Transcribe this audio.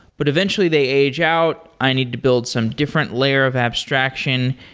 but eventually they age out. i need to build some different layer of abstraction.